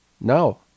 No